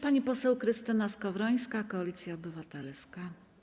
Pani poseł Krystyna Skowrońska, Koalicja Obywatelska.